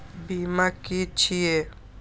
बीमा की छी ये?